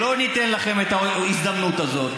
לא ניתן לכם את ההזדמנות הזאת.